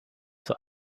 zur